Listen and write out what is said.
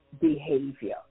behavior